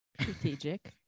Strategic